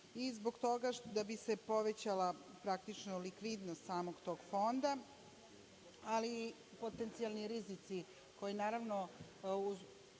i zbog toga da bi se povećala praktično likvidnost samog tog fonda, ali i potencijalni rizici koji, naravno,